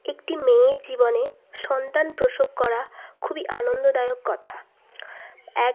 একটি মেয়ের জীবনে সন্তান প্রসব করা খুবই আনন্দদায়ক কথা এক